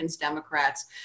Democrats